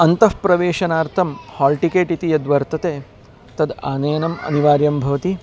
अन्तः प्रवेशनार्थं hall ticket इति यद्वर्तते तत् आनयनम् अनिवार्यं भवति